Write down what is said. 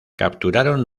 capturaron